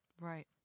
Right